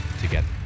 together